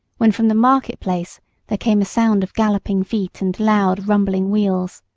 when from the market-place there came a sound of galloping feet and loud rumbling wheels.